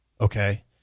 Okay